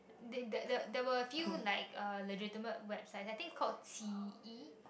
they there there there were a few like uh legitimate website I think called T E